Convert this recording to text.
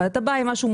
אבל אתה בא עם משהו,